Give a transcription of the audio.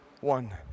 one